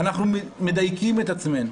אנחנו מדייקים את עצמנו.